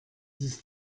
ist